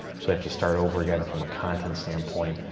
so they have to start over again from a content standpoint,